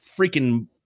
freaking